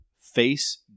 face